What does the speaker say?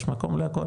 יש מקום להכל,